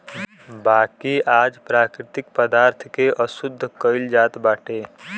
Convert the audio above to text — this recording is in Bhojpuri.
बाकी आज प्राकृतिक पदार्थ के अशुद्ध कइल जात बाटे